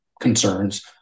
concerns